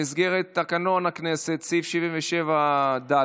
במסגרת תקנון הכנסת סעיף 77(ד),